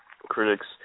critics